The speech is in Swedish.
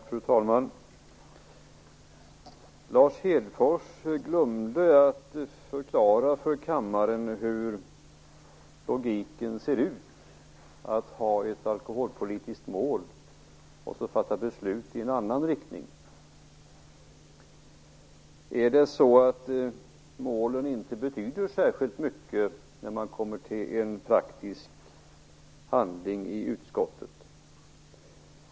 Fru talman! Lars Hedfors glömde att förklara för kammaren hur logiken ser ut med att ha ett alkoholpolitiskt mål och så fatta beslut i en annan riktning. Är det så att målen inte betyder särskilt mycket när man kommer till praktisk handling i utskottet?